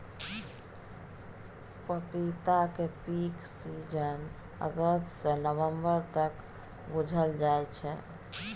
पपीताक peak season अगस्त सँ नबंबर तक बुझल जाइ छै